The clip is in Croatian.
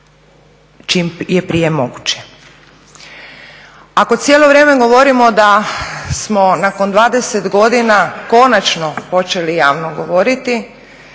čim je prije moguće. Ako cijelo vrijeme govorimo da smo nakon 20 godina konačno počeli javno govoriti,